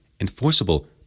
enforceable